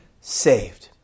saved